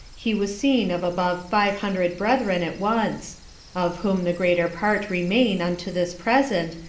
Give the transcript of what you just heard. he was seen of above five hundred brethren at once of whom the greater part remain unto this present,